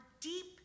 deep